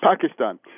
Pakistan